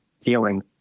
feeling